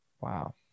Wow